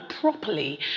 properly